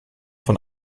von